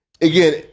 Again